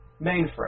mainframe